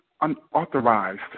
unauthorized